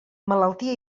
malaltia